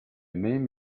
name